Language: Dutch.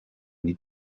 niet